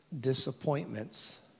disappointments